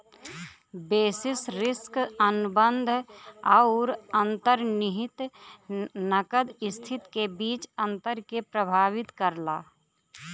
basis risk अनुबंध आउर अंतर्निहित नकद स्थिति के बीच अंतर के प्रभावित करला